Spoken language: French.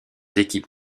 équipes